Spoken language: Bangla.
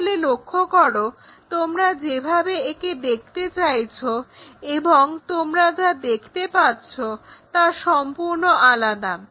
তাহলে লক্ষ্য করো তোমরা যেভাবে একে দেখতে চাইছো এবং তোমরা যা দেখতে পাচ্ছো তা সম্পূর্ণ আলাদা